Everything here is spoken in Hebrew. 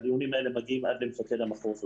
הדיונים האלה מגיעים עד למפקד המחוז.